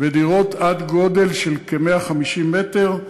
ודירות עד גודל של כ-150 מטר.